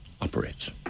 operates